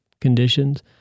conditions